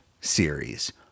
series